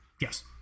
yes